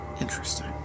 Interesting